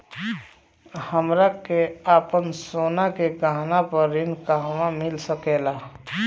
हमरा के आपन सोना के गहना पर ऋण कहवा मिल सकेला?